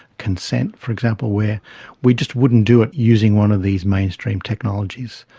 consent for example, where we just wouldn't do it using one of these mainstream technologies.